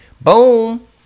Boom